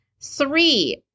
Three